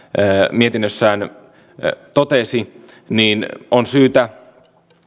mietinnössään totesi on syytä